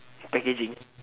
packaging